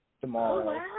tomorrow